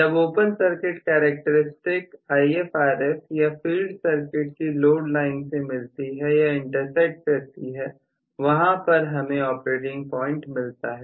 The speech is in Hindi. जब ओपन सर्किट करैक्टेरिस्टिक्स IfRf या फील्ड सर्किट की लोड लाइन से मिलती है या इंटरसेक्ट करती है वहां पर हमें ऑपरेटिंग पॉइंट मिलता है